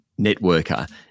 networker